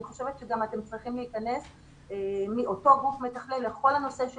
אני חושבת שאתם גם צריכים להיכנס מאותו גוף מתכלל לכל הנושא של